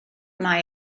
mai